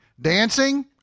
Dancing